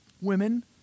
Women